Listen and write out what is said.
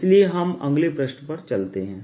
आइए हम अगले पृष्ठ चलते हैं